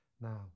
now